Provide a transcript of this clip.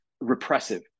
repressive